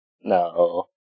No